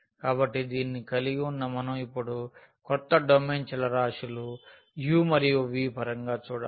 కాబట్టి దీనిని కలిగి ఉన్న మనం ఇప్పుడు క్రొత్త డొమైన్ను చలరాశులు u మరియు vపరంగా చూడాలి